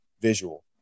visual